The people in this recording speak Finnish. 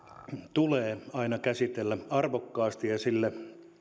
tulee aina käsitellä arvokkaasti ja sille